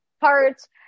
parts